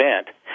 event